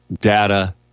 data